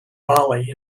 bali